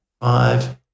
five